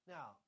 Now